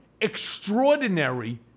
extraordinary